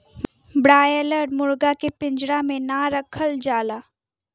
broiler मुरगा के पिजड़ा में ना रखल जाला